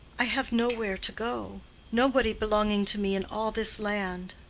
i have nowhere to go nobody belonging to me in all this land.